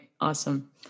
Awesome